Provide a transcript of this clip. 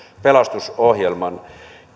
pelastusohjelman